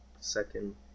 second